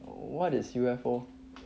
what is U_F_O